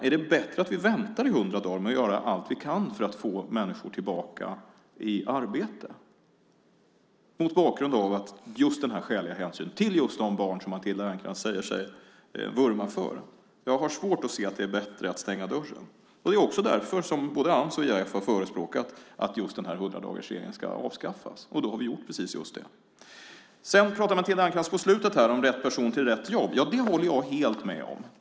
Är det bättre att vi väntar i 100 dagar med att göra allt vi kan för att få människor tillbaka i arbete mot bakgrund av just den här skäliga hänsynen till just de barn som Matilda Ernkrans säger sig vurma för? Jag har svårt att se att det är bättre att stänga dörren. Det är också därför som både Ams och IAF har förespråkat att den här 100-dagarsregeln ska avskaffas, och vi har gjort precis just det. På slutet pratar Matilda Ernkrans om rätt person till rätt jobb. Ja, det håller jag helt med om.